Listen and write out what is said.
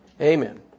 Amen